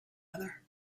other